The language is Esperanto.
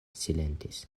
silentis